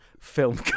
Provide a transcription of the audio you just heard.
film